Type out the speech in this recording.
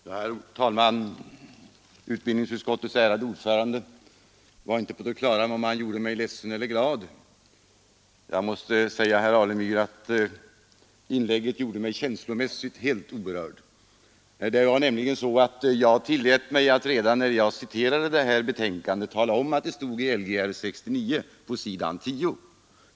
Herr talman! Utbildningsutskottets ärade ordförande var inte på det klara med om han gjorde mig ledsen eller glad. Jag måste säga, herr Alemyr, att jag känslomässigt är helt oberörd av hans inlägg. Det var nämligen så att jag tillät mig att redan när jag citerade betänkandet, tala om att det citerade stod i Lgr 69 på s. 10.